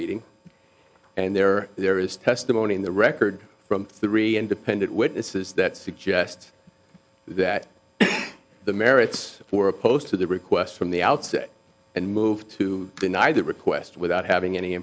meeting and there there is testimony in the record from three independent witnesses that suggest that the merits for opposed to the request from the outset and moved to deny the request without having any